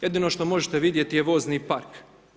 Jedino što možete vidjeti je vozni park.